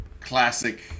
classic